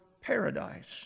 paradise